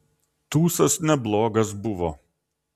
tūsas neblogas buvo